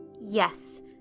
Yes